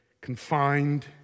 confined